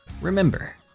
Remember